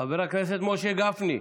חבר הכנסת משה גפני,